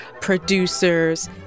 producers